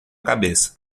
cabeça